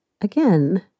again